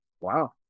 Wow